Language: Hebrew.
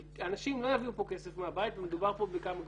כי אנשים לא יביאו פה כסף מהבית ומדובר פה בכמה גרושים.